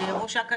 ראש אכ"א,